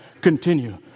continue